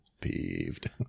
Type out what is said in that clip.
peeved